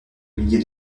milliers